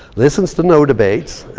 listens to no debates.